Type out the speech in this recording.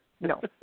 no